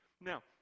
Now